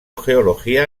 geología